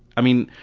i mean,